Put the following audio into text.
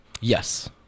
Yes